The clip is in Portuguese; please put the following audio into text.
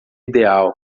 ideal